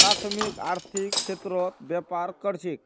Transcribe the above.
प्राथमिक आर्थिक क्षेत्रत व्यापार कर छेक